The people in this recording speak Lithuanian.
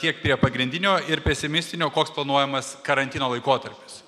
kiek prie pagrindinio ir pesimistinio koks planuojamas karantino laikotarpis